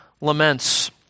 laments